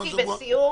הייתי בסיור.